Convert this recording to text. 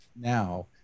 now